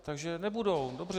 Takže nebudou, dobře.